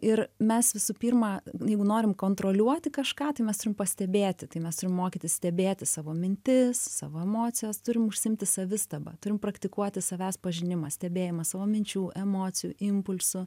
ir mes visų pirma jeigu norim kontroliuoti kažką tai mes turim pastebėti tai mes turim mokytis stebėti savo mintis savo emocijas turim užsiimti savistaba turim praktikuoti savęs pažinimą stebėjimą savo minčių emocijų impulsų